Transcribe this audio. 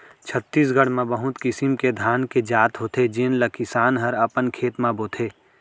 छत्तीसगढ़ म बहुत किसिम के धान के जात होथे जेन ल किसान हर अपन खेत म बोथे